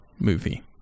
movie